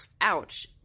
ouch